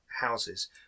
houses